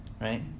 right